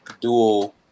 dual